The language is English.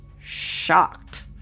shocked